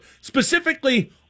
Specifically